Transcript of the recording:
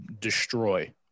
destroy